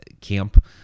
camp